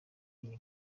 iyi